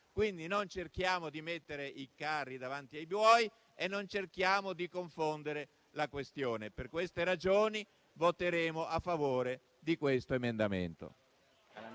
non cerchiamo di mettere i carri davanti ai buoi e di confondere la questione. Per queste ragioni, voteremo a favore dell'emendamento